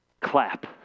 Clap